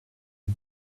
had